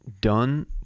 done